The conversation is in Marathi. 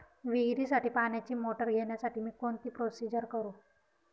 विहिरीसाठी पाण्याची मोटर घेण्यासाठी मी कोणती प्रोसिजर करु?